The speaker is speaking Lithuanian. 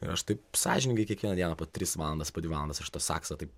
ir aš taip sąžiningai kiekvieną dieną po tris valandas po dvi valandas aš to sakso taip